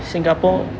singapore